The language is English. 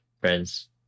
friends